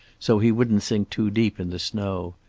so he wouldn't sink too deep in the snow.